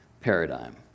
paradigm